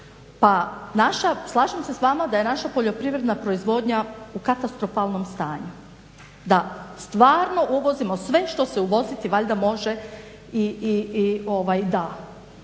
naša, slažem se s vama da je naša poljoprivredna proizvodnja u katastrofalnom stanju. Da stvarno uvozimo sve što se uvoziti valjda može i da.